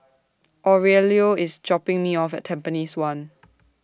Aurelio IS dropping Me off At Tampines one